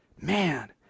Man